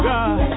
God